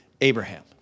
Abraham